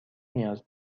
نیاز